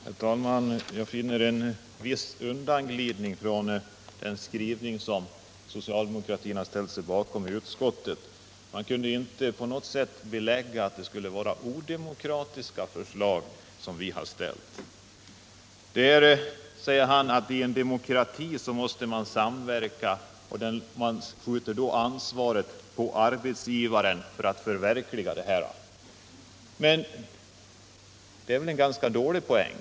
Herr talman! Jag fann i det föregående anförandet en viss undanglidning från den skrivning som socialdemokratin har ställt sig bakom i utskottet. Det kunde inte på något sätt beläggas att vi skulle ha ställt odemokratiska förslag. Ivar Nordberg säger att man måste samverka i en demokrati, och man skjuter därmed över ansvaret för att förverkliga intentionerna på detta område på arbetsgivaren. Men det är väl en ganska dålig åtgärd.